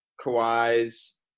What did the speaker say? Kawhi's